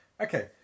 Okay